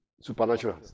supernatural